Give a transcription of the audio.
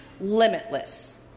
limitless